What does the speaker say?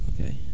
Okay